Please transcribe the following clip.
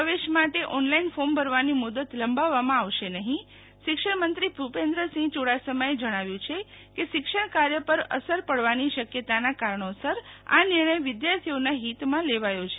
પ્રવેશ માટે online form ભરવાની મુદત લંબાવવામાં આવશે નફી શિક્ષણમંત્રીભૂ પેદ્રસિંહ યુડાસમાએ જણાવ્યુ છે કે શિક્ષણ કાર્ચ પર અસર પડવાની શકયતાના કારણીસરઆ નિર્ણય વિદ્યાર્થીઓના હિતમાં લેવાયો છે